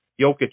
Jokic